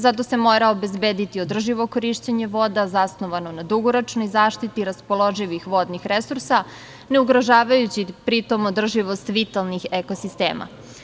Zato se mora obezbediti održivo korišćenje voda, zasnovano na dugoročnoj zaštiti raspoloživih vodnih resursa, ne ugrožavajući pritom održivost vitalnih ekosistema.